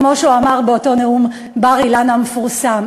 כמו שהוא אמר באותו נאום בר-אילן המפורסם.